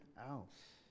else